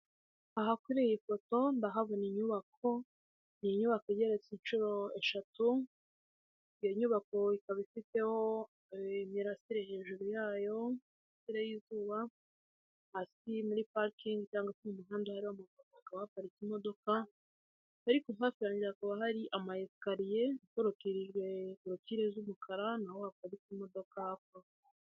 Aha kuri iyi foto ndahabona inyubako, iyi nyubako igeretse inshuro eshatu, iyo nyubako ikaba ifiteho imirasire hejuru yayo, imirasire yizuba hasi muri parking cyangwa umuhanda hari umugabo wahaparitse imodoka ariko hafi aho hakaba hari amasikariye akorotirijwe cloture z'umukara naho hapariritse imodoka hafi aho.